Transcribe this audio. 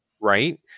right